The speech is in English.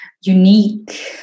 unique